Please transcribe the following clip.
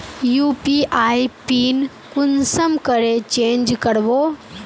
UPI PIN कुंसम करे change करबो?